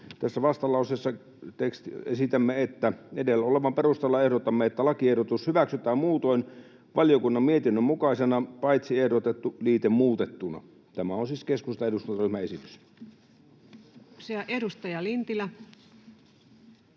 tässä vastalauseessa esitämme: ”Edellä olevan perusteella ehdotamme, että lakiehdotus hyväksytään muutoin valiokunnan mietinnön mukaisena paitsi ehdotettu liite muutettuna.” Tämä on siis keskustan eduskuntaryhmän esitys. [Speech 191]